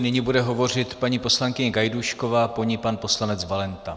Nyní bude hovořit paní poslankyně Gajdůšková, po ní pan poslanec Valenta.